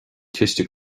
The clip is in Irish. ciste